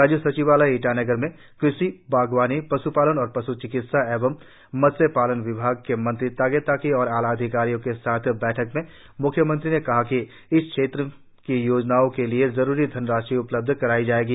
राज्य सचिवालय ईटानगर में कृषि बागवानी पश्पालन और पश् चिकित्सा और मत्स्य पालन विभाग के मंत्री तागे ताकी और आलाधिकारियों के साथ बैठक में म्ख्यमंत्री ने कहा कि इस क्षेत्र की योजनाओं के लिए जरुरी धनराशि उपलबध कराई जायेगी